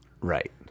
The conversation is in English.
Right